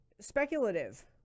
speculative